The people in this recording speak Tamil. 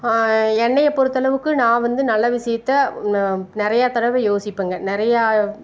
என்னைய பொறுத்தளவுக்கு நான் வந்து நல்ல விஷயத்த நிறையா தடவை யோசிப்பங்க நிறையா